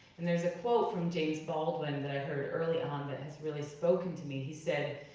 and there's a quote from james baldwin that i heard early on, that has really spoken to me. he said,